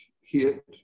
hit